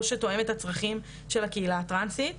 מענה שבאמת שתואם את הצרכים של הקהילה הטרנסית.